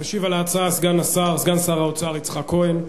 ישיב על ההצעה סגן שר האוצר יצחק כהן,